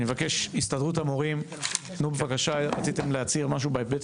אני מבקש מהסתדרות המורים - רציתם להצהיר משהו בהיבט